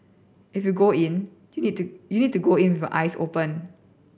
if you go in you need to you need to go in with eyes open